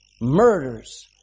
Murders